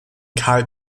karl